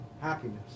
happiness